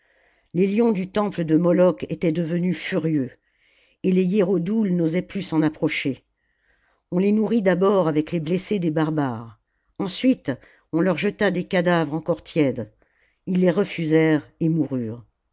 les lions du temple de moloch étaient devenus furieux et les hiérodoules n'osaient plus s'en approcher on les nourrit d'abord avec les blessés des barbares ensuite on leur jeta des cadavres encore tièdes ils les refusèrent et moururent